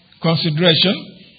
consideration